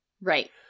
right